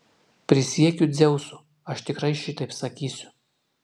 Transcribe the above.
prisiekiu dzeusu aš tikrai šitaip sakysiu